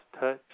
touch